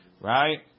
right